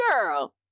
girl